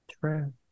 True